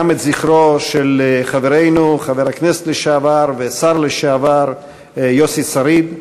גם את זכרו של חברנו חבר הכנסת לשעבר והשר לשעבר יוסי שריד,